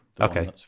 Okay